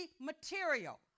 material